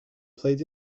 played